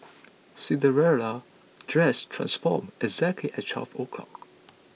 Cinderella's dress transformed exactly at twelve o'clock